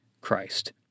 Christ